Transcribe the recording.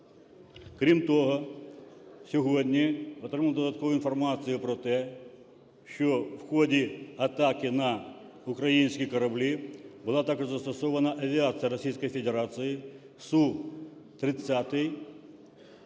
Крім того, сьогодні отримали додаткову інформацію про те, що в ході атаки на українські кораблі була також застосована авіація Російської